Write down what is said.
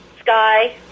sky